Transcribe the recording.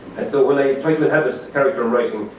and so when i try to have this character writing,